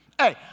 Hey